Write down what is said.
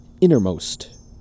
Innermost